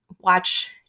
watch